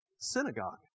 Synagogue